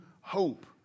hope